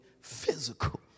physical